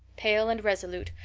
pale and resolute,